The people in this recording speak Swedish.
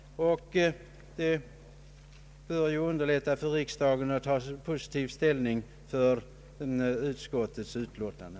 Detta bör underlätta för riksdagen att ta ställning för utskottets utlåtande.